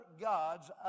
gods